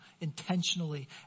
intentionally